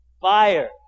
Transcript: fire